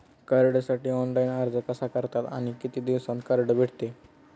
कार्डसाठी ऑनलाइन अर्ज कसा करतात आणि किती दिवसांत कार्ड भेटते?